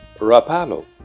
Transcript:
Rapallo